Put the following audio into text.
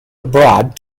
abroad